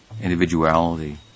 individuality